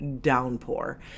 downpour